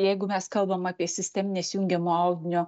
jeigu mes kalbam apie sistemines jungiamo audinio